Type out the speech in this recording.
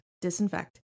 disinfect